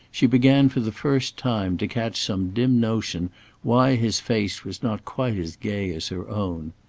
she began for the first time to catch some dim notion why his face was not quite as gay as her own.